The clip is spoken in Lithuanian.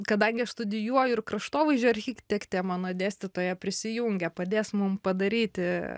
kadangi aš studijuoju ir kraštovaizdžio architektė mano dėstytoja prisijungė padės mum padaryti